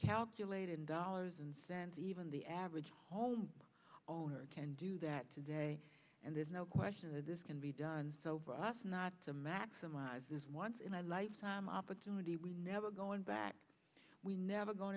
calculate in dollars and cents even the average home owner can do that today and there's no question that this can be done so for us not to maximize this once in my life opportunity we never going back we never going